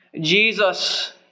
Jesus